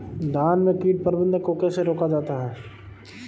धान में कीट प्रबंधन को कैसे रोका जाता है?